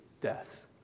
death